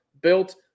built